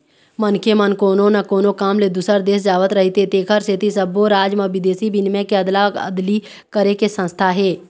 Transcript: मनखे मन कोनो न कोनो काम ले दूसर देश जावत रहिथे तेखर सेती सब्बो राज म बिदेशी बिनिमय के अदला अदली करे के संस्था हे